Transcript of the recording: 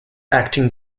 acting